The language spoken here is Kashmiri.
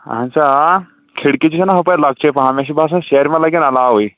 اَہن سا آ کھِڑکی تہِ چھَنہ ہُپٲرۍ لۄکچے پَہم مےٚ چھِ باسان سیرِ مہ لگَن علاوٕے